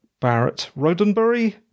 Barrett-Rodenbury